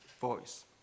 voice